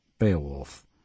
Beowulf